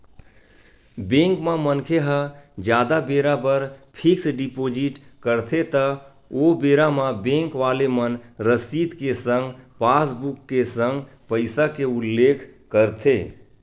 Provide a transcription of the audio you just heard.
bank म मनखे ह जादा बेरा बर फिक्स डिपोजिट करथे त ओ बेरा म बेंक वाले मन रसीद के संग पासबुक के संग पइसा के उल्लेख करथे